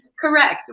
Correct